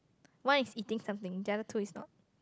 one is eating something the other two is not